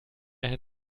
eine